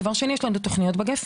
מעבר לזה, יש לנו גם את תוכנית ׳הגפן׳.